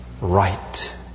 right